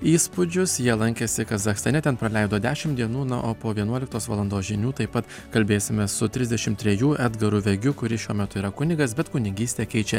įspūdžius jie lankėsi kazachstane ten praleido dešim dienų na o po vienuoliktos valandos žinių taip pat kalbėsime su trisdešimt trejų edgaru vegiu kuris šiuo metu yra kunigas bet kunigystę keičia